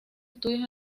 estudios